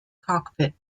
cockpit